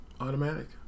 Automatic